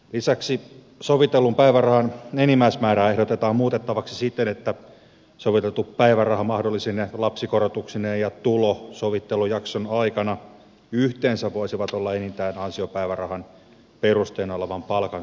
lisäksi sovitellun päivärahan enimmäismäärää ehdotetaan muutettavaksi siten että soviteltu päiväraha mahdollisine lapsikorotuksineen ja tulo sovittelujakson aikana yhteensä voisivat olla enintään ansiopäivärahan perusteena olevan palkan suuruinen